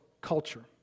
culture